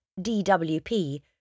DWP